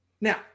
Now